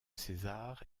césar